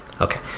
Okay